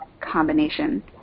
combination